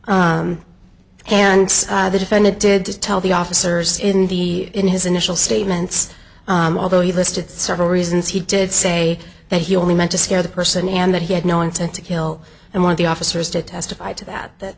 and the defendant did tell the officers in the in his initial statements although he listed several reasons he did say that he only meant to scare the person and that he had no intent to kill and one of the officers did testify to that that